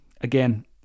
again